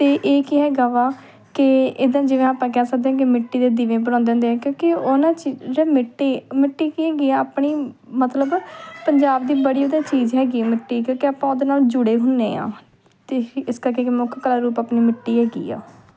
ਅਤੇ ਇਹ ਕੀ ਹੈਗਾ ਵਾ ਕਿ ਇੱਦਾਂ ਜਿਵੇਂ ਆਪਾਂ ਕਹਿ ਸਕਦੇ ਹਾਂ ਕਿ ਮਿੱਟੀ ਦੇ ਦੀਵੇ ਬਣਾਉਂਦੇ ਹੁੰਦੇ ਆ ਕਿਉਂਕਿ ਉਹਨਾਂ ਚੀਜ਼ ਜਿਹੜਾ ਮਿੱਟੀ ਮਿੱਟੀ ਕੀ ਹੈਗੀ ਆ ਆਪਣੀ ਮਤਲਬ ਪੰਜਾਬ ਦੀ ਬੜੀ ਵਧੀਆ ਚੀਜ਼ ਹੈਗੀ ਮਿੱਟੀ ਕਿਉਂਕਿ ਆਪਾਂ ਉਹਦੇ ਨਾਲ ਜੁੜੇ ਹੁੰਦੇ ਹਾਂ ਅਤੇ ਇਸ ਕਰਕੇ ਕਿ ਮੁੱਖ ਕਲਾ ਰੂਪ ਆਪਣੇ ਮਿੱਟੀ ਹੈਗੀ ਆ